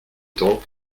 temps